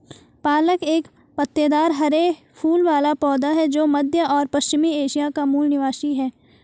पालक एक पत्तेदार हरे फूल वाला पौधा है जो मध्य और पश्चिमी एशिया का मूल निवासी है